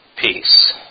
peace